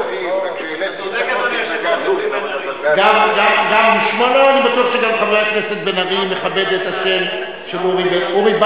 אני בטוח שגם חבר הכנסת בן-ארי מכבד את השם של אורי,